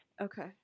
Okay